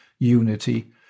unity